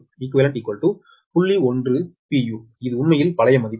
u இது உண்மையில் பழைய மதிப்பு